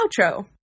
Outro